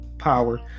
power